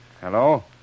Hello